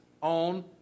on